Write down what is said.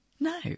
No